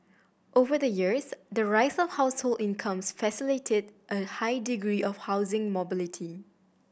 over the years the rise of household incomes facilitated a high degree of housing mobility